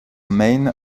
main